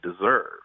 deserve